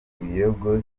ibirego